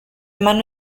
mano